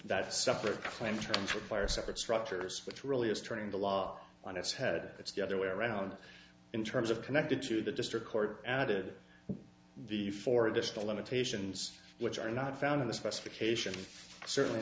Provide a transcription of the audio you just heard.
separate claim term for fire separate structures which really is turning the law on its head it's the other way around in terms of connected to the district court added the four additional limitations which are not found in the specification certainly